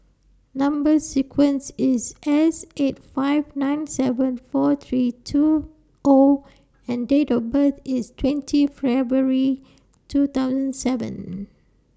Number sequence IS S eight five nine seven four three two O and Date of birth IS twenty February two thousand seven